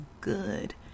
good